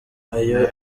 ayo